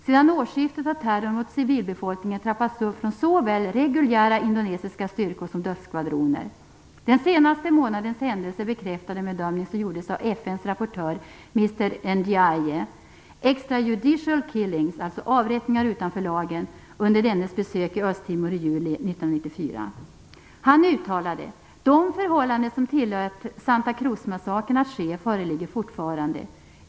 Sedan årsskiftet har terrorn mot civilbefolkningen trappats upp av såväl reguljära indonesiska styrkor som dödsskvadroner. Den senaste månadens händelser bekräftar den bedömning som gjordes av FN:s rapportör Mr. Ndiaye om "extrajudicial killings", dvs. avrättningar utanför lagen, under dennes besök i Östtimor i juli 1994. Han uttalade: "De förhållanden som tillät Santa Cruz-massakern att ske föreligger fortfarande.